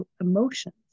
emotions